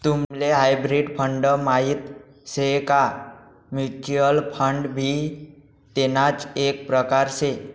तुम्हले hybrid fund माहित शे का? म्युच्युअल फंड भी तेणाच एक प्रकार से